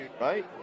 right